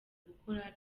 gukora